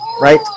right